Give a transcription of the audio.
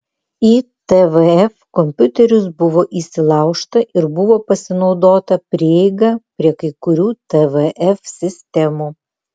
į tvf kompiuterius buvo įsilaužta ir buvo pasinaudota prieiga prie kai kurių tvf sistemų